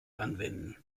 anwenden